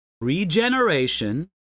regeneration